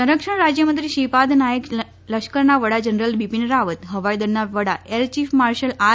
સંરક્ષણ રાજ્યમંત્રી શ્રીપાદ નાઈક લશ્કરના વડા જનરલ બિપીન રાવત હવાઈદળના વડા એરચીફ માર્શલ આર